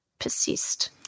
persist